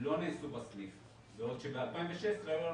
לא נעשו בסניף, בעוד שב-2016 היו 45%,